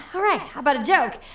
all right. how about a joke?